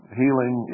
healing